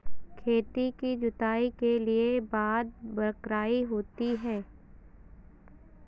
खेती की जुताई के बाद बख्राई होती हैं?